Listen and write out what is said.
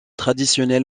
traditionnel